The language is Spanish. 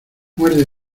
muerde